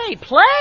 play